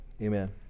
amen